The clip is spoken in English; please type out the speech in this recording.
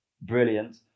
brilliant